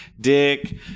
dick